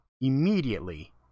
immediately